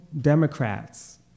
Democrats